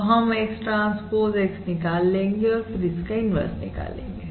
तो हम X transpose X निकाल लेंगे और फिर इसका इन्वर्स निकालेंगे